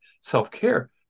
self-care